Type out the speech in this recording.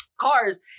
Cars